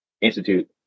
institute